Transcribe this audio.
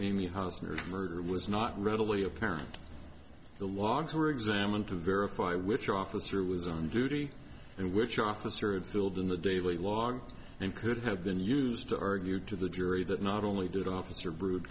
murder was not readily apparent the logs were examined to verify which officer was on duty and which officer had filled in the daily log and could have been used to argue to the jury that not only did officer br